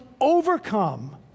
overcome